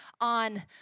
on